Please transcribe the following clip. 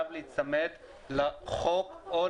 לנו